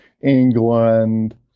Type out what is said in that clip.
England